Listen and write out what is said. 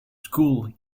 school